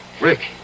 Rick